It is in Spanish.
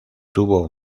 tuvo